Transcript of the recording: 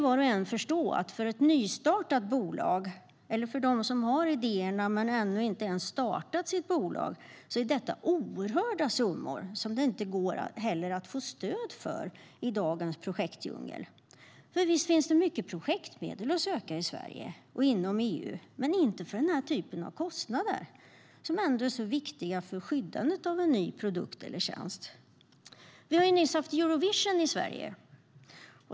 Var och en kan förstå att för ett nystartat bolag eller för dem som har idéerna men ännu inte ens startat sina bolag är detta oerhörda summor som det inte går att få stöd för i dagens projektdjungel. Visst finns det mycket projektmedel att söka i Sverige och inom EU, men inte för den typen av kostnader som ändå är så viktiga för skyddandet av en ny produkt eller tjänst. Vi har nyss haft Eurovision i Sverige.